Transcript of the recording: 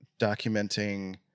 documenting